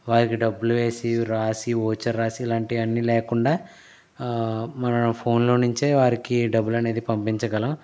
వారికి డబ్బులు వేసి రాసి వోచర్ రాసి ఇలాంటి అన్ని లేకుండా మన ఫోన్ లో నుంచే వారికి డబ్బులు అనేది పంపించగలం